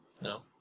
No